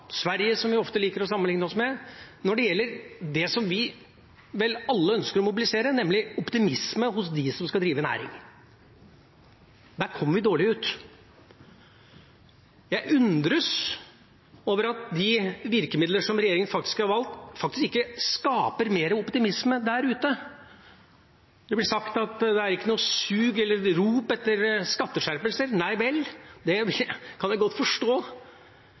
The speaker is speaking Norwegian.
Sverige – som vi ofte liker å sammenligne oss med – når det gjelder det som vi vel alle ønsker å mobilisere, nemlig optimisme hos dem som skal drive næring. Der kommer vi dårlig ut. Jeg undres over at de virkemidlene som regjeringa har valgt, faktisk ikke skaper mer optimisme der ute. Det blir sagt at det ikke er noe «sug» eller «rop» etter skatteskjerpelser. Nei vel, det kan jeg godt forstå.